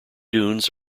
dunes